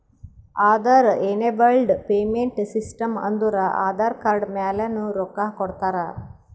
Aadhaar enabled payment system ಅಂದುರ್ Aadhaar card ಮ್ಯಾಲನು ರೊಕ್ಕಾ ಕೊಡ್ತಾರ